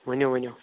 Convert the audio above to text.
ؤنِو ؤنِو